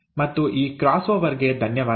ಮತ್ತು ಈ cross over ಗೆ ಧನ್ಯವಾದಗಳು